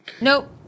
Nope